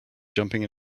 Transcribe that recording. jumping